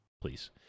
please